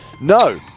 No